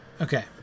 Okay